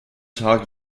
tag